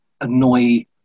annoy